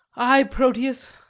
ay, proteus,